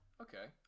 Okay